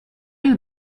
you